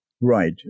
Right